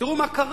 תראו מה קרה.